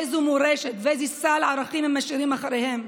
איזו מורשת ואיזה סל ערכים הם משאירים אחריהם,